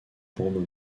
bandeau